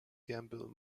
gamble